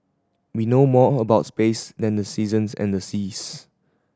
we know more about space than the seasons and the seas